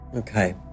Okay